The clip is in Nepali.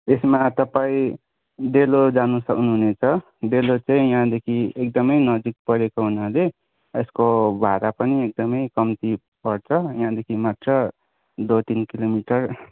यसमा तपाईँ डेलो जानु सक्नुहुनेछ डेलो चाहिँ यहाँदेखि एकदमै नजिक परेको हुनाले यसको भाडापनि एकदमै कम्ती पर्छ यहाँदेखि मात्र दो तिन किलोमिटर